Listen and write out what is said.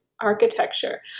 architecture